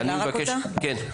כן.